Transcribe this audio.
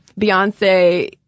Beyonce